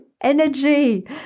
energy